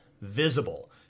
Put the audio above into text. visible